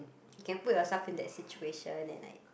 you can put yourself in the situation and like